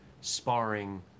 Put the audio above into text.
sparring